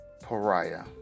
pariah